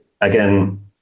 again